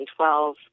2012